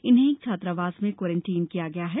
इन्हें एक छात्रावास में क्वारंटाइन किया गया है